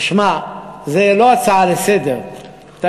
זה לא הצעה לסדר-היום.